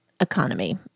economy